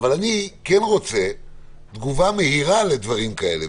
אבל אני כן רוצה תגובה מהירה לדברים כאלה,